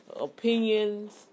Opinions